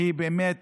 שהיא באמת